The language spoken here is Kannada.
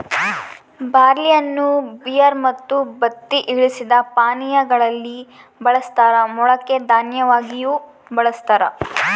ಬಾರ್ಲಿಯನ್ನು ಬಿಯರ್ ಮತ್ತು ಬತ್ತಿ ಇಳಿಸಿದ ಪಾನೀಯಾ ಗಳಲ್ಲಿ ಬಳಸ್ತಾರ ಮೊಳಕೆ ದನ್ಯವಾಗಿಯೂ ಬಳಸ್ತಾರ